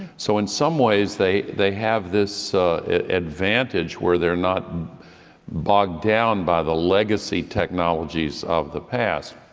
so in some ways, they they have this advantage where they are not bogged down by the legacy technologies of the past.